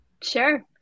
Sure